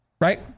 right